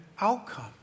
outcome